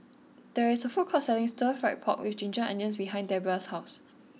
there is a food court selling Stir Fried Pork with Ginger Onions behind Debbra's house